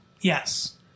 Yes